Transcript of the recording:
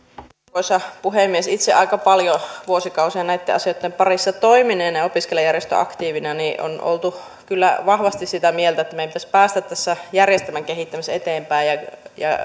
arvoisa puhemies itse aika paljon vuosikausia näitten asioitten parissa toimineena ja ja opiskelijajärjestöaktiivina on oltu kyllä vahvasti sitä mieltä että meidän pitäisi päästä tässä järjestelmän kehittämisessä eteenpäin ja